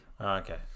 Okay